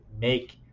make